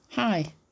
Hi